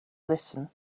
listen